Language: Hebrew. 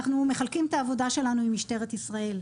אנחנו מחלקים את העבודה שלנו עם משטרת ישראל.